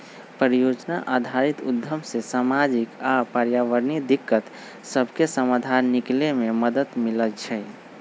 परिजोजना आधारित उद्यम से सामाजिक आऽ पर्यावरणीय दिक्कत सभके समाधान निकले में मदद मिलइ छइ